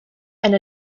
and